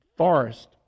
forest